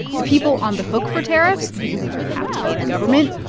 the people on the hook for tariffs, the people who have to pay the government,